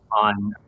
on